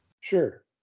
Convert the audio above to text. Sure